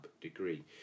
degree